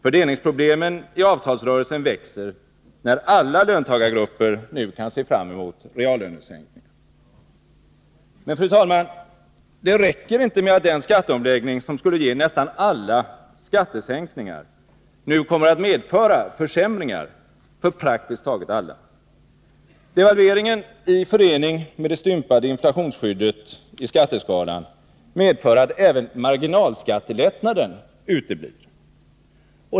Fördelningsproblemen i avtalsrörelsen växer, när alla löntagargrupper nu kan se fram emot reallönesänkningar. Men, fru talman, det räcker inte med att den skatteomläggning som skulle ge nästan alla skattesänkningar nu kommer att medföra försämringar för praktiskt taget alla. Devalveringen i förening med det stympade inflationsskyddet i skatteskalan medför att även marginalskattelättnaden uteblir.